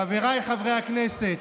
חבריי חברי הכנסת,